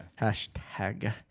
Hashtag